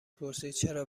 پرسیدچرا